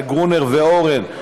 לגרונר ולאורן.